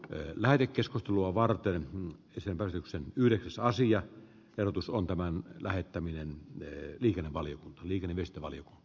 lähetekeskustelua varten sävellyksen yhdeksäs aasi ja verotus on tämän lähettäminen pöydille maali olikin edestä valio